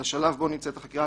לשלב שבו נמצאת החקירה.